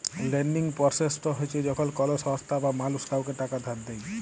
lending process হছে যখল কল সংস্থা বা মালুস কাউকে টাকা ধার দেঁই